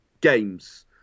games